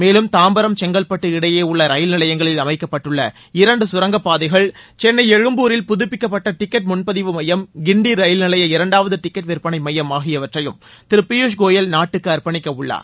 மேலும் தாம்பரம் செங்கல்பட்டு இடையே உள்ள ரயில் நிலையங்களில் அமைக்கப்பட்டுள்ள இரண்டு கரங்கப்பாதைகள் சென்னை எழும்பூரில் புதுப்பிக்கப்பட்ட டிக்கெட் முன்பதிவு எமயம் கிண்டி ரயில் நிலைய டிக்கெட் இரண்டாவது விற்பனை மையம் ஆகியவற்றையும் திரு பியூஷ் கோயல் நாட்டுக்கு அர்ப்பணிக்க உள்ளார்